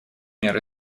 мер